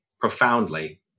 profoundly